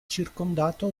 circondato